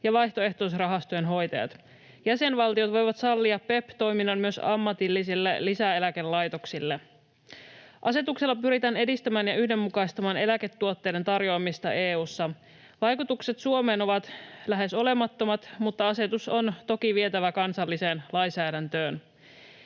ja vaihtoehtoisrahastojen hoitajat. Jäsenvaltiot voivat sallia PEPP-toiminnan myös ammatillisille lisäeläkelaitoksille. Asetuksella pyritään edistämään ja yhdenmukaistamaan eläketuotteiden tarjoamista EU:ssa. Vaikutukset Suomeen ovat lähes olemattomat, mutta asetus on toki vietävä kansalliseen lainsäädäntöön.